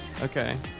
okay